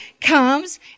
comes